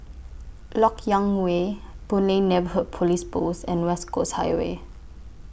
Lok Yang Way Boon Lay Neighbourhood Police Post and West Coast Highway